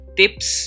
tips